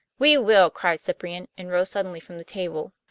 we will, cried cyprian, and rose suddenly from the table.